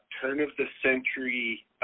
turn-of-the-century